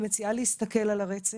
אני מציעה להסתכל על הרצף,